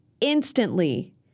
instantly